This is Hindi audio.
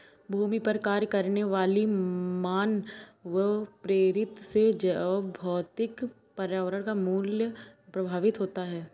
भूमि पर कार्य करने वाली मानवप्रेरित से जैवभौतिक पर्यावरण का मूल्य प्रभावित होता है